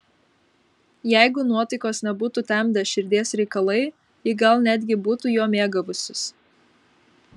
jeigu nuotaikos nebūtų temdę širdies reikalai ji gal netgi būtų juo mėgavusis